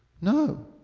No